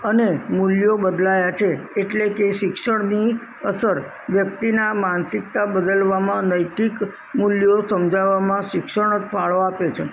અને મૂલ્યો બદલાયા છે એટલે કે શિક્ષણની અસર વ્યક્તિના માનસિકતા બદલવામાં અને નૈતિક મૂલ્યો સમજાવામાં શિક્ષણ ફાળો આપે છે